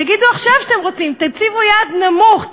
תגידו עכשיו שאתה רוצים, תציבו יעד נמוך.